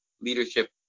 leadership